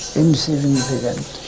insignificant